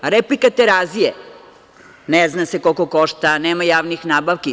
Replika „Terazije“, ne zna se koliko košta, nema javnih nabavki.